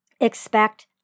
Expect